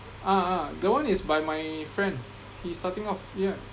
ah ah that one is by my friend he's starting up yeah